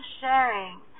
sharing